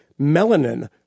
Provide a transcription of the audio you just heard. melanin